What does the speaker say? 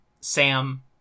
Sam